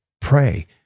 Pray